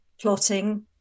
plotting